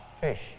fish